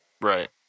Right